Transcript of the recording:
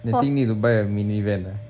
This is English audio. I think I think need to buy a mini van ah